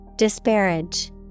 Disparage